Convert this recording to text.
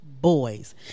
boys